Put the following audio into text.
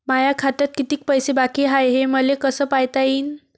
माया खात्यात कितीक पैसे बाकी हाय हे मले कस पायता येईन?